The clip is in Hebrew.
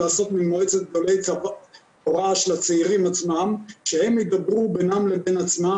לעשות מועצה לצעירים עצמם שהם ידברו בינם לבין עצמם